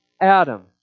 Adam